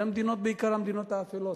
אלה המדינות, בעיקר המדינות האפלות,